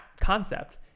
concept